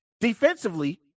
defensively